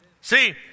See